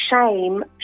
shame